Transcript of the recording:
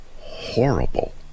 horrible